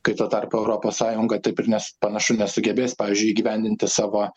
kai tuo tarpu europos sąjunga taip ir nes panašu nesugebės pavyzdžiui įgyvendinti savo